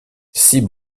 six